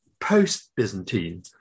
post-Byzantine